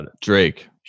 Drake